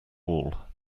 wall